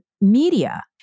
media